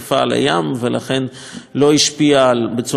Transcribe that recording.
ולכן הם לא השפיעו בצורה משמעותית על